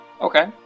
Okay